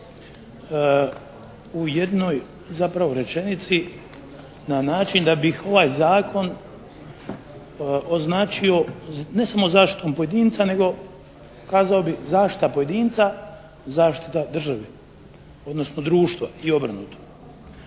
u jednoj zapravo rečenici na način da bih ovaj zakon označio ne samo zaštitom pojedinca nego kazao bih zaštita pojedinca, zaštita države, odnosno društva i obrnuto.